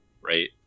right